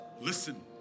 Listen